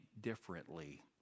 differently